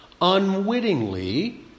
unwittingly